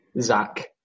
Zach